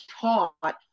taught